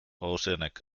oceanic